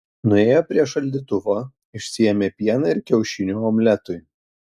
nuėjo prie šaldytuvo išsiėmė pieną ir kiaušinių omletui